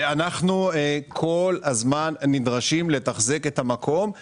ואנחנו נדרשים לתחזק את המקום כל הזמן.